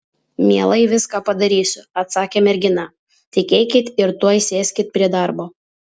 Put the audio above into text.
mielai viską padarysiu atsakė mergina tik eikit ir tuoj sėskit prie darbo